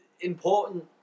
important